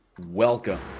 Welcome